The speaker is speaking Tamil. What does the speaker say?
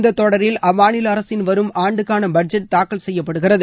இந்த தொடரில் அம்மாநில அரசின் வரும் ஆண்டுக்காள பட்ஜெட் தாக்கல் செய்யப்படுகிறது